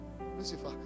lucifer